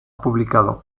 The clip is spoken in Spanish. publicado